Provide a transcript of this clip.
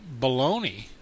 baloney